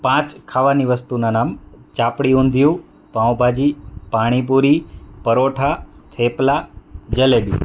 પાંચ ખાવાની વસ્તુનાં નામ ચાપડી ઊંધિયું પાઉંભાજી પાણીપુરી પરોઠા થેપલા જલેબી